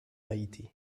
haiti